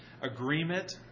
Agreement